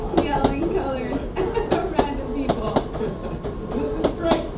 yelling colors at random people this is great.